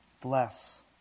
bless